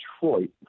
Detroit